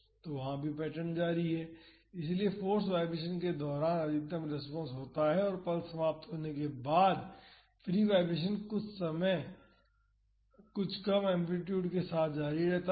तो यहाँ भी वही पैटर्न जारी है इसलिए फाॅर्स वाईब्रेशन के दौरान अधिकतम रेस्पॉन्स होता है और पल्स समाप्त होने के बाद फ्री वाइब्रेशन कुछ कम एम्पलीटूड के साथ जारी रहता है